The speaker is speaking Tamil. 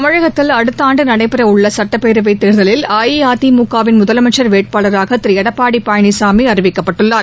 தமிழகத்தில் அடுத்த ஆண்டு நடைபெறவுள்ள சட்டப்பேரவைத் தேர்தலில் அஇஅதிமுக வின் முதலமைச்சர் வேட்பாளராக திரு எடப்பாடி பழனிசாமி அறிவிக்கப்பட்டுள்ளார்